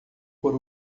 por